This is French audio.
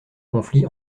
conflit